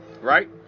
right